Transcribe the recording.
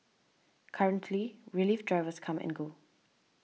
currently relief drivers come and go